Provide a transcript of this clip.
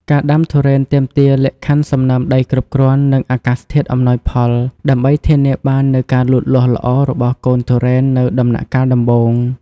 ការដាំទុរេនទាមទារលក្ខខណ្ឌសំណើមដីគ្រប់គ្រាន់ និងអាកាសធាតុអំណោយផល ដើម្បីធានាបាននូវការលូតលាស់ល្អរបស់កូនទុរេននៅដំណាក់កាលដំបូង។